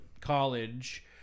college